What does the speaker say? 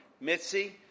Mitzi